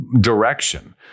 direction